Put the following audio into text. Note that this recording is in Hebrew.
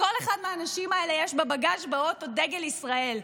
לכל אחד מהאנשים האלה יש בבגאז' באוטו דגל ישראל.